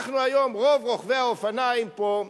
רוב רוכבי האופניים פה,